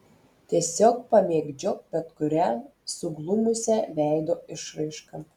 tiesiog pamėgdžiok bet kurią suglumusią veido išraišką